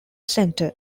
centre